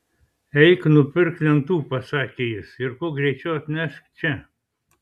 eik nupirk lentų pasakė jis ir kuo greičiau atnešk čia